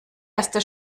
erste